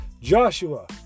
Joshua